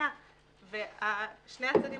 ושני הצדדים